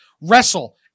wrestle